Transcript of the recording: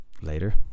later